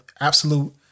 absolute